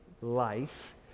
life